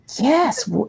Yes